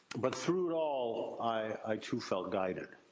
but through it all, i too, felt guided.